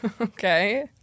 Okay